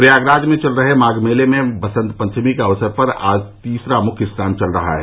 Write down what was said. प्रयागराज में चल रहे माघ मेले में वसंत पंचमी के अवसर पर आज तीसरा मुख्य स्नान चल रहा है